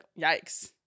yikes